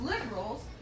liberals